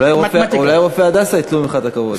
אולי רופאי "הדסה" ייטלו ממך את הכבוד.